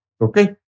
Okay